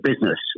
business